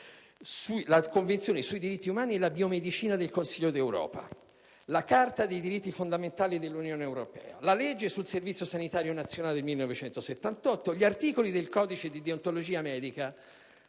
la Convenzione su diritti umani e biomedicina del Consiglio d'Europa; la Carta dei diritti fondamentali dell'Unione europea; la legge sul Servizio sanitario nazionale del 1978; gli articoli del Codice di deontologia medica,